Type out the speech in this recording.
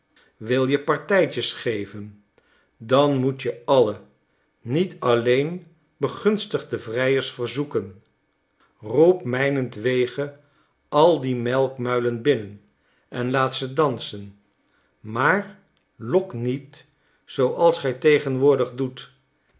wil je partijtjes geven dan moet je alle niet alleen begunstigde vrijers verzoeken roep mijnentwege al die melkmuilen binnen en laat ze dansen maar lok niet zooals gij tegenwoordig doet